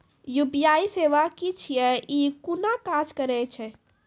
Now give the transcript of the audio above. UPI सेवा की छियै? ई कूना काज करै छै?